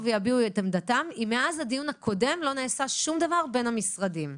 ויביעו את עמדתם אם מאז הדיון הקודם לא נעשה שום דבר בין המשרדים.